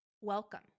welcome